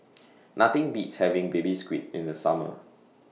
Nothing Beats having Baby Squid in The Summer